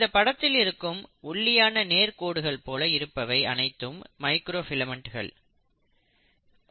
இந்த படத்தில இருக்கும் ஒல்லியான நேர் கோடுகள் போல இருப்பவை அனைத்தும் மைக்ரோ ஃபிலமெண்ட்கள்